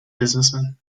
businessman